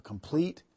complete